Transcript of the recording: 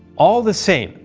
all the same,